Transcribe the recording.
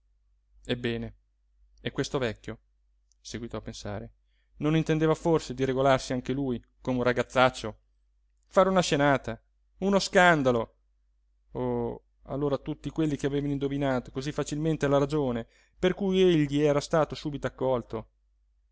ebbene e questo vecchio seguitò a pensare non intendeva forse di regolarsi anche lui come un ragazzaccio fare una scenata uno scandalo oh allora tutti quelli che avevano indovinato cosí facilmente la ragione per cui egli era stato subito accolto